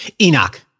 Enoch